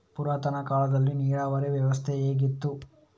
ಪುರಾತನ ಕಾಲದಲ್ಲಿ ನೀರಾವರಿ ವ್ಯವಸ್ಥೆ ಹೇಗಿತ್ತು?